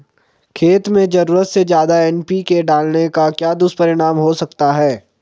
खेत में ज़रूरत से ज्यादा एन.पी.के डालने का क्या दुष्परिणाम हो सकता है?